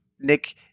Nick